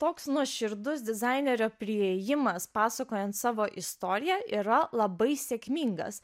toks nuoširdus dizainerio priėjimas pasakojant savo istoriją yra labai sėkmingas